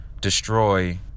destroy